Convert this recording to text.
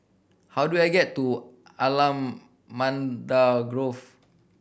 how do I get to Allamanda Grove